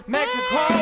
Mexico